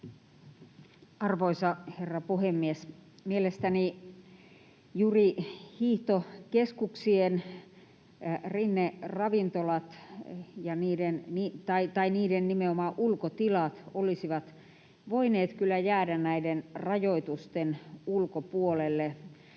Arvoisa herra puhemies! Mielestäni juuri hiihtokeskuksien rinneravintoloiden ulkotilat olisivat voineet kyllä jäädä näiden rajoitusten ulkopuolelle.